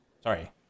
Sorry